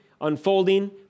unfolding